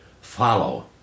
follow